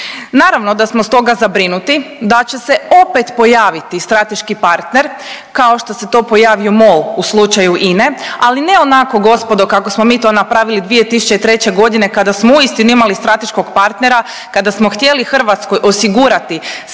Naravno da smo stoga zabrinuti da će se opet pojaviti strateški partner kao što se to pojavio MOL u slučaju INA-e ali ne onako gospodo kako smo mi to napravili 2003. godine kada smo uistinu imali strateškog partnera, kada smo htjeli Hrvatskoj osigurati snažnu